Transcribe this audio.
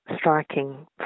Striking